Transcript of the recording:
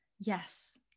Yes